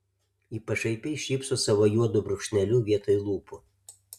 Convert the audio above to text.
ji pašaipiai šypso savo juodu brūkšneliu vietoj lūpų